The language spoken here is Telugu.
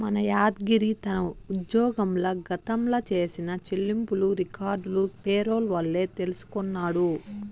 మన యాద్గిరి తన ఉజ్జోగంల గతంల చేసిన చెల్లింపులు రికార్డులు పేరోల్ వల్లే తెల్సికొన్నాడు